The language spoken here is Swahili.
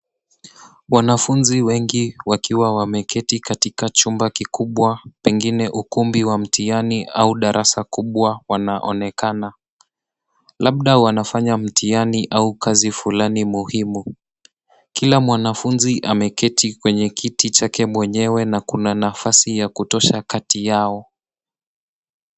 Wanafunzi wengi wakiwa wameketi katika chumba kikubwa pengine ukumbi wa mtihani au darasa kubwa wanaonekana, labda wanafanya mtihani au kazi fulani muhimu. Kila mwanafunzi ameketi kwenye kiti chake mwenyewe na kuna nafasi ya kutosha kati yao.